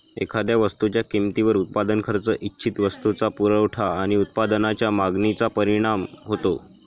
एखाद्या वस्तूच्या किमतीवर उत्पादन खर्च, इच्छित वस्तूचा पुरवठा आणि उत्पादनाच्या मागणीचा परिणाम होतो